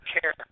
care